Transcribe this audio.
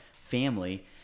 family